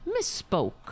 misspoke